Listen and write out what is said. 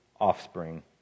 offspring